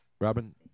Robin